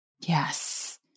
Yes